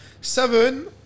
Seven